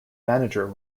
manager